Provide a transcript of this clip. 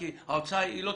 כי ההוצאה לא תקטן.